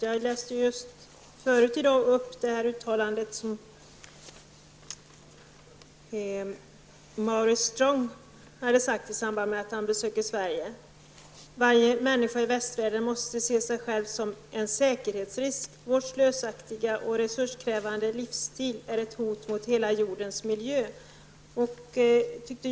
Jag läste just Strongs uttalande i samband med besöket i Sverige: Varje människa i västvärlden måste se sig själv som en säkerhetsrisk. Vår slösaktiga och resurskrävande livsstil är ett hot mot hela jordens miljö.